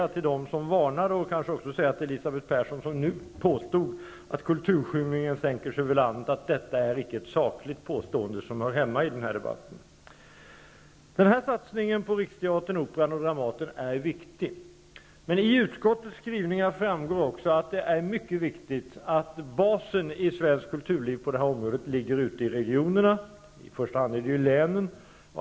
Till dem som har varnat, och även till Elisabeth Persson, att kulturskymningen sänker sig över landet, menar jag att det inte är ett sakligt påstående som hör hemma i den här debatten. Satsningen på Riksteatern, Operan och Dramaten är viktig. Men i utskottets skrivningar framgår också att det är viktigt att basen i svenskt kulturliv på det här området ligger ute i regionerna -- i första hand länen -- och lokalt i kommunerna.